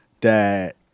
that-